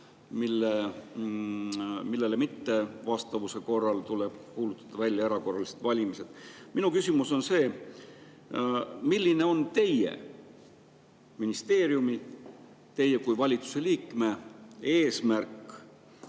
millele mittevastavuse korral tuleb kuulutada välja erakorralised valimised. Minu küsimus on see: milline on teie ministeeriumi ja teie kui valitsuse liikme eesmärk